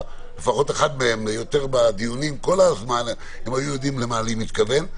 לפחות אחד מהם הם היו יודעים למה אני מתכוון.